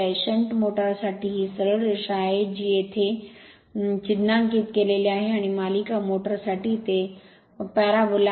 shunt motor साठी ही सरळ रेषा आहे जी येथे येथे चिन्हांकित केलेली आहे आणि मालिका मोटर साठी ते परबोल आहे